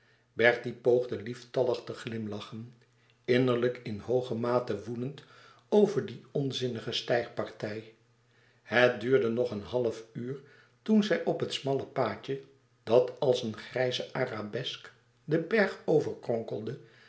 bertie poogde lieftallig te glimlachen innerlijk in hooge mate woedend over die onzinnige stijgpartij het duurde nog een half uur toen zij op het smalle paadje dat als een grijze arabesk den berg